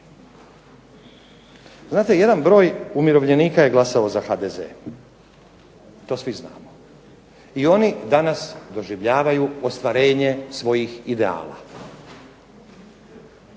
Znate, jedan broj umirovljenika je glasao za HDZ, to svi znamo. I oni danas doživljavaju ostvarenje svojih ideala